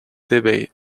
debate